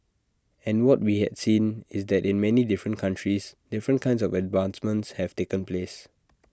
and what we had seen is that in many different countries different kinds of advancements have taken place